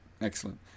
Excellent